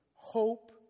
Hope